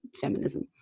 feminism